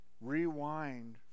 rewind